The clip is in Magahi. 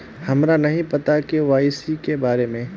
हमरा नहीं पता के.वाई.सी के बारे में?